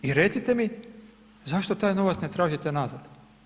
I recite mi zašto taj novac ne tražite nazad?